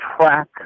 track